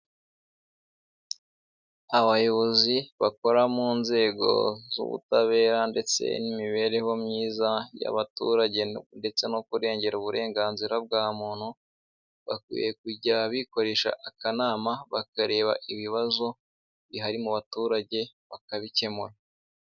Abayobozi bakora mu nzego z'ubutabera ndetse n'imibereho myiza y'abaturage ndetse no kurengera uburenganzira bwa muntu, bakwiye kujya bikoresha akanama bakareba ibibazo bihari mu baturage bakabikemura.